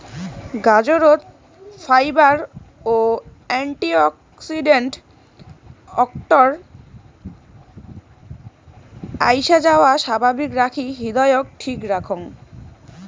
গাজরত fibre ও antioxidant অক্তর আইসাযাওয়া স্বাভাবিক রাখি হৃদয়ক ঠিক রাখং